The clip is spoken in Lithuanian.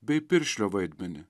bei piršlio vaidmenį